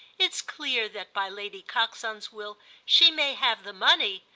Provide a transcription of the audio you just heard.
it's clear that by lady coxon's will she may have the money,